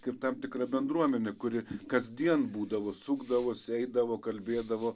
kaip tam tikra bendruomenę kuri kasdien būdavo sukdavosi eidavo kalbėdavo